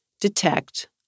detect